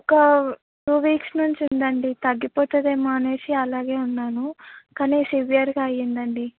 ఒక two weeks నుంచి ఉందండి తగ్గిపోతుందేమో అనేసి అలాగే ఉన్నాను కానీ సివియర్గా అయ్యిందండి